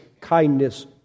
kindness